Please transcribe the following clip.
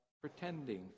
pretending